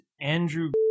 Andrew